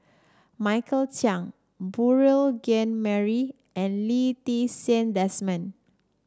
Michael Chiang Beurel Jean Marie and Lee Ti Seng Desmond